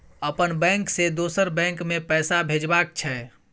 अपन बैंक से दोसर बैंक मे पैसा भेजबाक छै?